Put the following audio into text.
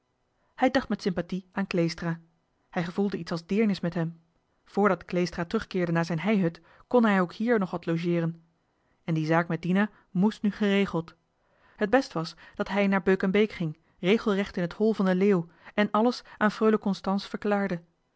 hij dacht met sympathie aan kleestra hij gevoelde iets als deernis met hem voordat kleestra terugkeerde naar zijn heihut kon hij ook hier nog wat logeeren en die zaak met dina mest nu geregeld t best was dat hij naar beuk en beek ging regelrecht in het hol van den leeuw en alles aan freule constance verklaarde